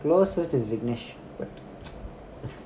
closest is viknesh but